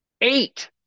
eight